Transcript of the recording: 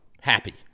happy